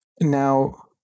now